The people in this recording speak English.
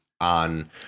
on